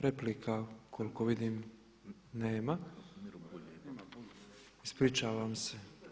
Replika koliko vidim nema, ispričavam se.